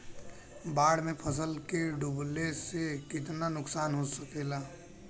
बाढ़ मे फसल के डुबले से कितना नुकसान हो सकेला?